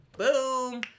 Boom